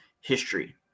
history